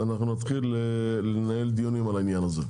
אנחנו נתחיל לנהל דיונים על העניין הזה.